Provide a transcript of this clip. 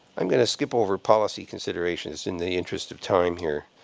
i'm going to skip over policy considerations in the interest of time here.